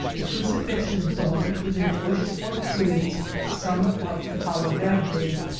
the crucifix ion thorn is a bush or tree somewhat like the palo verde,